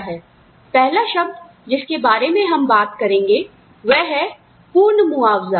पहला शब्द जिसके बारे में हम बात करेंगे वह है पूर्ण मुआवजा